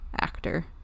actor